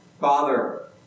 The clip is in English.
Father